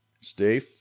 stay